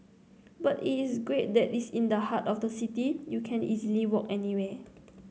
but it is great that it's in the heart of the city you can easily walk anywhere